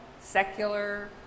Secular